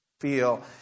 feel